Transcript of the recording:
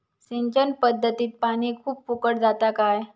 सिंचन पध्दतीत पानी खूप फुकट जाता काय?